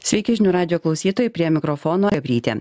sveiki žinių radijo klausytojai prie mikrofono gabrytė